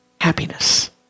happiness